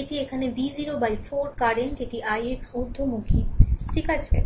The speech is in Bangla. এটি এখানে V0 4 কারেন্ট এটি ix ঊর্ধ্বমুখী ঠিক আছে